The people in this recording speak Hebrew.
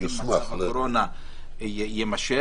אם מצב הקורונה יימשך,